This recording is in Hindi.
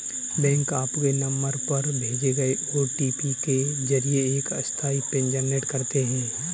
बैंक आपके नंबर पर भेजे गए ओ.टी.पी के जरिए एक अस्थायी पिन जनरेट करते हैं